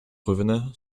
revenait